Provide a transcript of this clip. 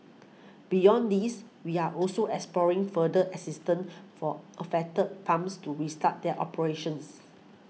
beyond these we are also exploring further assistant for affected farms to restart their operations